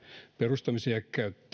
perustamisen ja